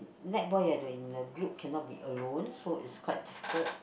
netball you have to be in a group cannot be alone so it's quite difficult